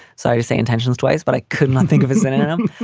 sorry to say intention's twice, but i couldn't think of, isn't it? and um